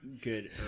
good